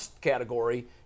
category